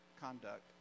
conduct